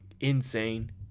insane